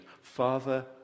Father